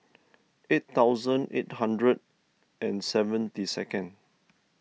eight thousand eight hundred and seventy second